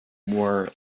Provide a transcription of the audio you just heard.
were